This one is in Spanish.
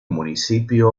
municipio